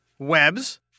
Webs